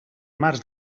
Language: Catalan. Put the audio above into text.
març